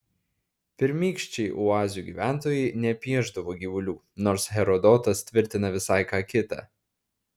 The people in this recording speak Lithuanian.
pirmykščiai oazių gyventojai nepiešdavo gyvulių nors herodotas tvirtina visai ką kita